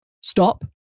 Stop